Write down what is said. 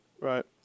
right